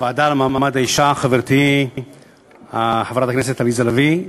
הוועדה למעמד האישה, חברתי חברת הכנסת עליזה לביא,